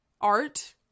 art